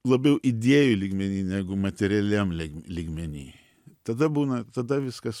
labiau idėjų lygmeny negu materialiam lygmeny tada būna tada viskas